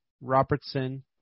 Robertson